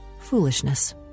foolishness